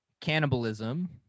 cannibalism